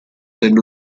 della